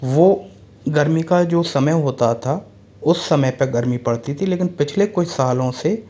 वह गर्मी का जो समय होता था उस समय पर गर्मी पड़ती थी लेकिन पिछले कुछ सालों से